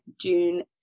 June